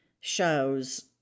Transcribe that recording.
shows